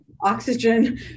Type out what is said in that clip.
oxygen